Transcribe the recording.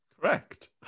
Correct